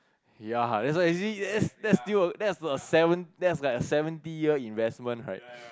ya that's why you see that's that's still that's a that's like a seventy year investment right